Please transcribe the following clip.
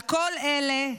כל אלה,